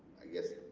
i guess